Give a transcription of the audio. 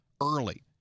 early